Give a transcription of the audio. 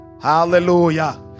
Hallelujah